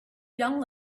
young